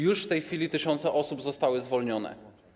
Już w tej chwili tysiące osób zostały zwolnione.